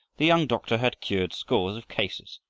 the young doctor had cured scores of cases,